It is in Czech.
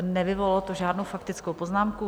Nevyvolalo to žádnou faktickou poznámku.